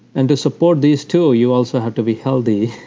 and to support these two, you also have to be healthy.